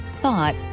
thought